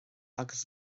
agus